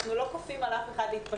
אנחנו לא כופים על אף אחד להתפשט,